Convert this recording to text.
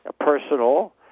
personal